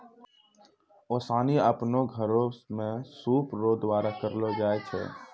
ओसानी आपनो घर मे सूप रो द्वारा करलो जाय छै